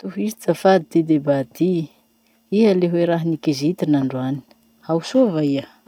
Tohizo zafady ty debat ty: Iha le hoe raha nikizity nandroany. Ao soa va iha?